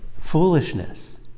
Foolishness